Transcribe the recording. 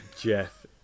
jeff